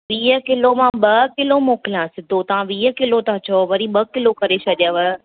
वीह किलो मां ॿ किलो मोकिलियां सिधो तव्हां वीह किलो था चओ वरी ॿ किलो करे छॾियव